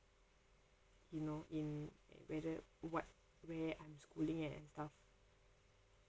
you know in whether what where I'm schooling and stuff